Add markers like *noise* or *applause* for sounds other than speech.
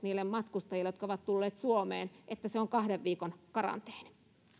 *unintelligible* niille matkustajille jotka ovat tulleet suomeen ei ole kulkenut tieto siitä että se on kahden viikon karanteeni